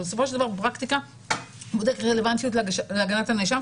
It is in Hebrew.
אבל בסופו של דבר בפרקטיקה הוא בודק רלוונטיות להגנת הנאשם.